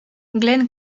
glenn